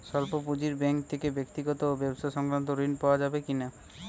স্বল্প পুঁজির ব্যাঙ্ক থেকে ব্যক্তিগত ও ব্যবসা সংক্রান্ত ঋণ পাওয়া যাবে কিনা?